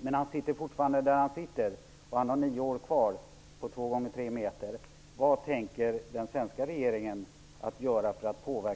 men han sitter fortfarande där han sitter, och han har nio år kvar på två gånger tre meter.